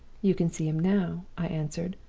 you can see him now i answered,